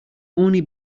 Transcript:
only